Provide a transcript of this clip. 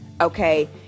okay